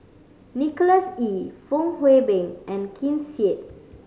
Nicholas Ee Fong Hoe Beng and Ken Seet